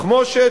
תחמושת,